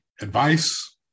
advice